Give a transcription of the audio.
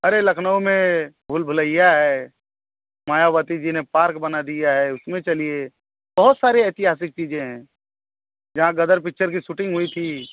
अरे लखनऊ में भूल भुलैया है मायावती जी ने पार्क बना दिया है उसमें चलिए बहुत सारी ऐतिहासिक चीज़ें हैं जहाँ गदर पिक्चर की शूटिन्ग हुई थी